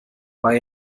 bei